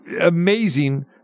amazing